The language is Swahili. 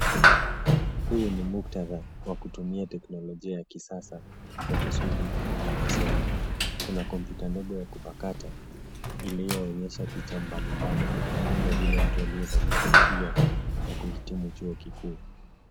Huu ni muktadha wa kutumia teknolojia ya kisasa, kwa kusudi la masomo. Kuna kompyuta ndogo ya kupakata, iliyoonyesha picha mbali mbali, kama vile mtu aliyevalia kofia ya kuhitimu chuo kikuu.